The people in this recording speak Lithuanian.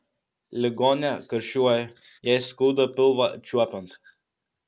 ligonė karščiuoja jai skauda pilvą čiuopiant